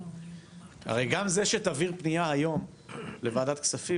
הרי גם זה שתעביר פנייה היום לוועדת כספים,